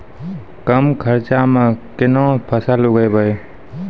कम खर्चा म केना फसल उगैबै?